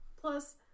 Plus